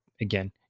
again